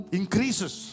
increases